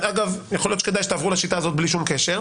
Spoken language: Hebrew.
אגב, יכול להיות שתעברו לשיטה הזאת בלי שום קשר.